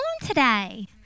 today